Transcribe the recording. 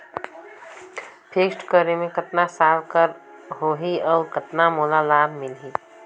Fixed करे मे कतना साल कर हो ही और कतना मोला लाभ मिल ही?